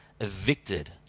evicted